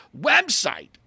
website